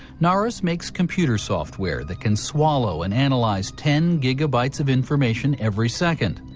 narus makes computer software that can swallow and analyze. ten gigabytes of information every second.